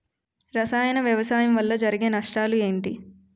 రసాయన వ్యవసాయం వల్ల జరిగే నష్టాలు ఏంటి?